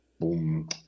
boom